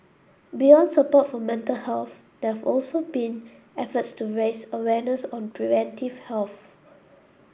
beyond support for mental health there've also been efforts to raise awareness on preventive health